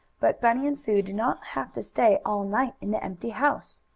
but bunny and sue did not have to stay all night in the empty house.